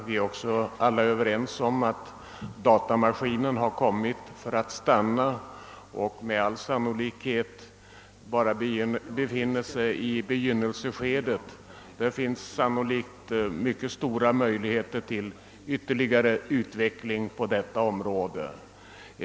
Vi är också ense om att datamaskinen har kommit för att stanna och att den med all sannolikhet ännu bara befinner sig i begynnelseskedet; det finns säkerligen mycket stora möjligheter till ytterligare utveckling av dessa maskiner.